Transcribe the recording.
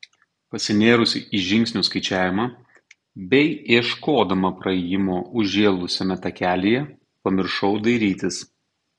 pasinėrusi į žingsnių skaičiavimą bei ieškodama praėjimo užžėlusiame takelyje pamiršau dairytis